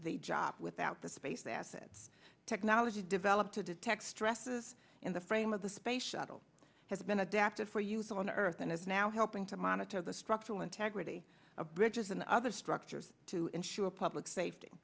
the job without the space assets technology developed to detect stresses in the frame of the space shuttle has been adapted for use on earth and is now helping to monitor the structural integrity of bridges and other structures to ensure public safety